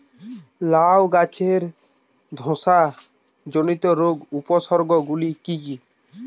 লাউ গাছের ধসা জনিত রোগের উপসর্গ গুলো কি কি?